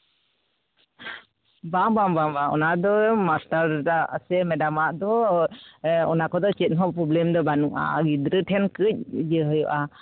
ᱵᱟᱝ ᱵᱟᱝ ᱵᱟᱝ ᱚᱱᱟ ᱫᱚ ᱢᱟᱥᱴᱟᱨᱫᱟ ᱥᱮ ᱢᱮᱰᱟᱢᱟᱜ ᱫᱚ ᱚᱱᱟ ᱠᱚᱫᱚ ᱪᱮᱫ ᱦᱚᱸ ᱯᱨᱚᱵᱽᱞᱮᱢ ᱫᱚ ᱵᱟᱹᱱᱩᱜᱼᱟ ᱜᱤᱫᱽᱨᱟᱹ ᱴᱷᱮᱱ ᱠᱟᱹᱡ ᱤᱭᱟᱹ ᱦᱩᱭᱩᱜᱼᱟ